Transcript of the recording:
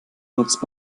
nutzt